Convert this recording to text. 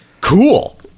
Cool